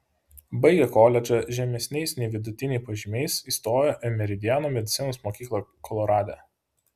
baigė koledžą žemesniais nei vidutiniai pažymiais įstojo į meridiano medicinos mokyklą kolorade